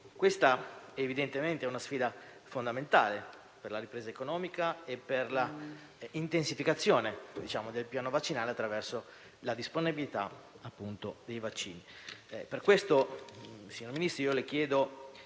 Questa è evidentemente una sfida fondamentale, per la ripresa economica e per l'intensificazione del piano vaccinale, attraverso la disponibilità dei vaccini.